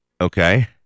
Okay